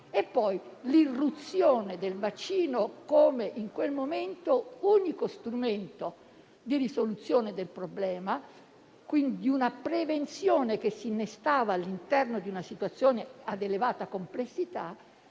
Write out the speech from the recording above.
lato, l'irruzione del vaccino come unico strumento, in quel momento, di risoluzione del problema: un mezzo di prevenzione che si innestava all'interno di una situazione ad elevata complessità